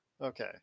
Okay